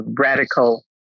radical